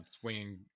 swinging